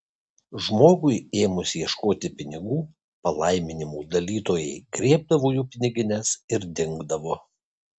žmogui ėmus ieškoti pinigų palaiminimų dalytojai griebdavo jų pinigines ir dingdavo